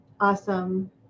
Awesome